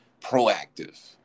proactive